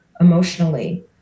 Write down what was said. emotionally